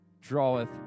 draweth